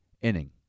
inning